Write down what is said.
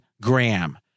Graham